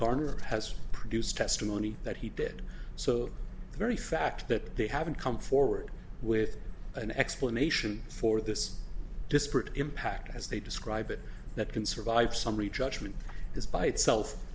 garner has produced testimony that he did so the very fact that they haven't come forward with an explanation for this disparate impact as they describe it that can survive summary judgment is by itself